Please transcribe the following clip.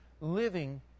living